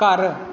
ਘਰ